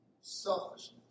selfishness